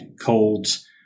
colds